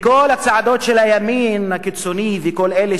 וכל הצעדות של הימין הקיצוני וכל אלה